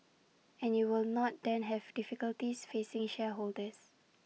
and you will not then have difficulties facing shareholders